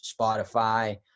Spotify